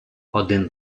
один